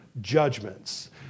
judgments